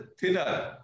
thinner